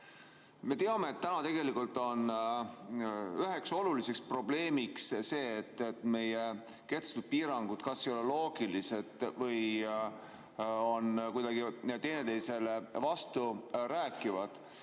Me teame, et täna on tegelikult üks olulisi probleeme see, et meie kehtestatud piirangud kas ei ole loogilised või on kuidagi üksteisele vasturääkivad.